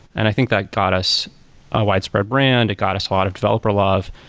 and i think that got us a widespread brand. it got us a lot of developer love.